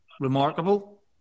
Remarkable